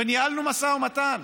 וניהלנו משא ומתן,